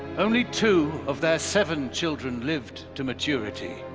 only two of their seven children lived to maturity.